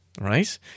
right